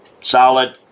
solid